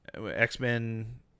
X-Men